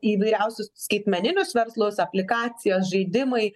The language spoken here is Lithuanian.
įvairiausius skaitmeninius verslus aplikacijos žaidimai